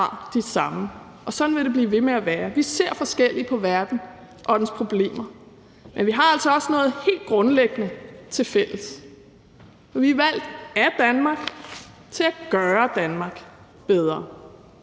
fra de samme, og at sådan vil det blive ved med at være. Vi ser forskelligt på verden og dens problemer, men vi har altså også noget helt grundlæggende tilfælles, nemlig at vi er valgt af Danmark til at gøre Danmark bedre.